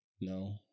No